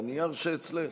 בנייר שאצלך.